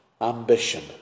ambition